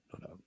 No